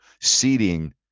seeding